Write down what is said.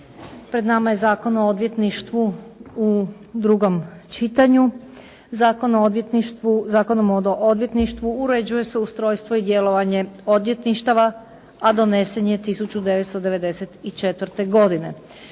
pred nama je Zakon o odvjetništvu u drugom čitanju. Zakonom o odvjetništvu uređuje se ustrojstvo i djelovanje odvjetništava, a donesen je 1994. godine.